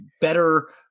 better